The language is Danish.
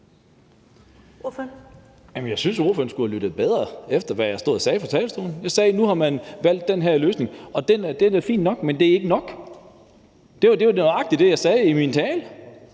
Jeg synes, ordføreren skulle have lyttet bedre efter, hvad jeg stod og sagde fra talerstolen. Jeg sagde, at nu har man valgt den her løsning, og den er fin nok, men det er ikke nok. Det var nøjagtig det, jeg sagde i min tale.